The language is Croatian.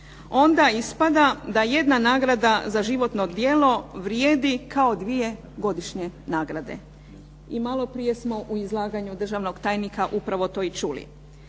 onda ispada da jedna nagrada za životno djelo vrijedi kao dvije godišnje nagrade. I malo prije smo u izlaganju državnog tajnika upravo to i čuli,